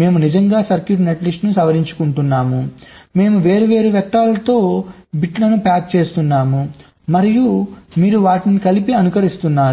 మేము నిజంగా సర్క్యూట్ల నెట్లిస్ట్ను సవరించుకుంటున్నాము మేము వేర్వేరు వెక్టర్లతో బిట్లను ప్యాక్ చేస్తున్నాము మరియు మీరు వాటిని కలిసి అనుకరిస్తున్నారు